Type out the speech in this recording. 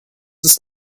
ist